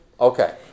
okay